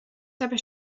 dabei